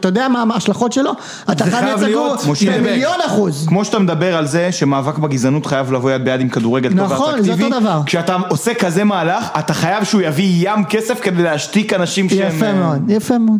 תודה מה ההשלכות שלו אתה כנעד צריכה להיות במיליון אחוז כמו שאתה מדבר על זה שמאבק בגזענות חייב לבוא יד ביד עם כדורגל כשאתה עושה כזה מהלך אתה חייב שהוא יביא ים כסף כדי להשתיק אנשים יפה מאוד